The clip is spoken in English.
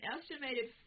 estimated